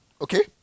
Okay